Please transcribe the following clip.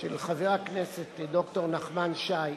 של חבר הכנסת ד"ר נחמן שי,